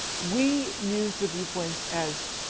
we use the viewpoints as